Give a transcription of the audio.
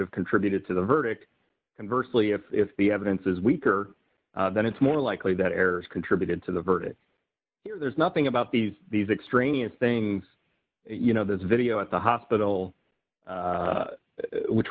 have contributed to the verdict inversely if the evidence is weaker then it's more likely that errors contributed to the verdict there's nothing about these these extraneous things you know there's video at the hospital which